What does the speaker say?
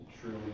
Truly